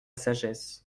sagesse